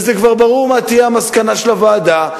וכבר ברור מה תהיה המסקנה של הוועדה.